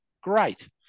Great